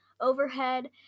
overhead